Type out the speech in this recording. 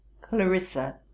Clarissa